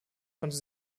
konnte